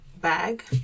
bag